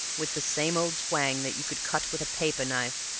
with the same old twang that you could cut with a paper-knife.